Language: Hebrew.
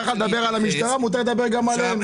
לך לדבר על המשטרה אז מותר לי לדבר על בתי המשפט.